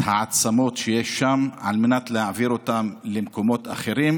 העצמות שיש שם על מנת להעביר אותן למקומות אחרים.